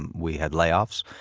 and we had layoffs,